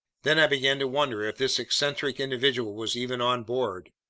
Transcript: then i began to wonder if this eccentric individual was even on board.